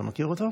אתה מכיר אותו?